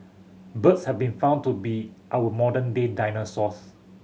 birds have been found to be our modern day dinosaurs